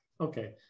Okay